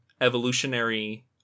evolutionary